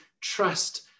trust